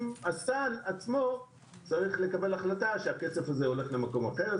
הסל עצמו צריך לקבל החלטה שהכסף הזה הולך למקום אחר.